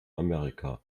amerika